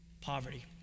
poverty